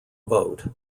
vote